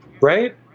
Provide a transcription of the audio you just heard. Right